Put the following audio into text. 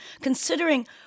Considering